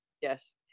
Yes